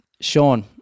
Sean